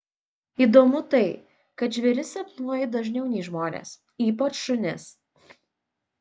įdomu tai kad žvėris sapnuoju dažniau nei žmones ypač šunis